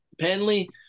Penley